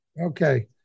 Okay